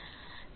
ಎರಡನೆಯದು ಜ್ಞಾನ